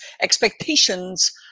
expectations